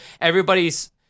everybody's